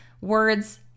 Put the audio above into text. words